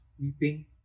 weeping